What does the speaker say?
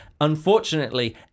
unfortunately